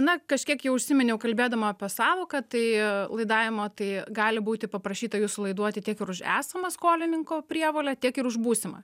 na kažkiek jau užsiminiau kalbėdama apie sąvoką tai laidavimo tai gali būti paprašyta jūsų laiduoti tiek ir už esamą skolininko prievolę tiek ir už būsimą